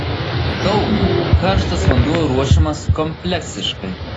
daugumai karštas vanduo ruošiamas kompleksiškai